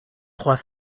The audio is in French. trois